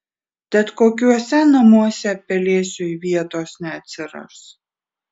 tad kokiuose namuose pelėsiui vietos neatsiras